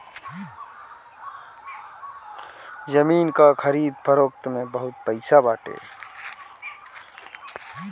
जमीन कअ खरीद फोक्त में बहुते पईसा बाटे